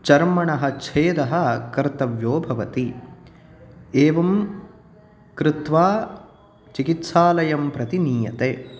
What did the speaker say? चर्मणः छेदः कर्तव्यो भवति एवं कृत्वा चिकित्सालयं प्रति नीयते